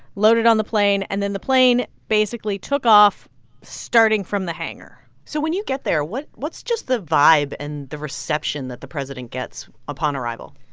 loaded on the plane. and then the plane basically took off starting from the hangar so when you get there, what's what's just the vibe and the reception that the president gets upon arrival?